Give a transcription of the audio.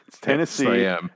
Tennessee